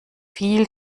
viel